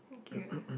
okay